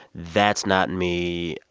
that's not me.